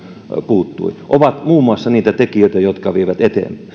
puuttui ovat muun muassa niitä tekijöitä jotka vievät eteenpäin